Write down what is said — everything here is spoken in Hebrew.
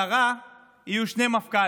כי במשטרה יהיו שני מפכ"לים,